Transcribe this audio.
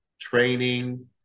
training